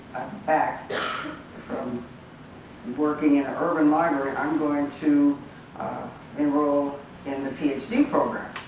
back from working at an urban library i'm going to enroll in the ph d program.